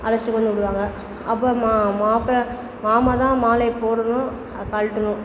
அழைச்சிகிட்டு வந்து விடுவாங்க அப்புறம் மா மாப்பிள்ள மாமா தான் மாலையை போடணும் கழட்டணும்